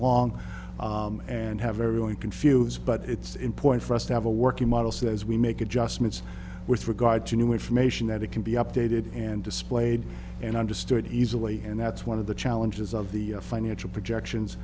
long and have everyone confused but it's important for us to have a working model says we make adjustments with regard to new information that it can be updated and displayed and under stood easily and that's one of the challenges of the financial projections